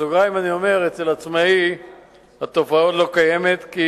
בסוגריים אני אומר, אצל עצמאי התופעה לא קיימת, כי